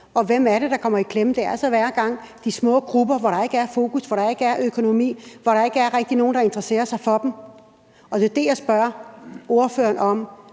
Og hvem er det, der kommer i klemme? Det er altså hver gang de små grupper, hvor der ikke er fokus, hvor der ikke er økonomi, hvor der ikke rigtig er nogen, der interesserer sig for dem. Og det er der, jeg spørger ordføreren om,